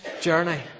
journey